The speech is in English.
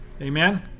Amen